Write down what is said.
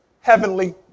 heavenly